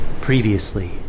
Previously